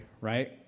right